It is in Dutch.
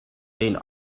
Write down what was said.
een